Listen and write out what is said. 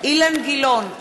אילן גילאון,